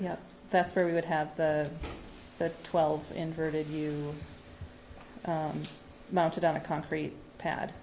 rack that's where we would have the twelve inverted you mounted on a concrete pad